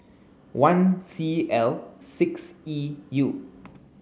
one C L six E U